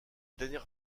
dernière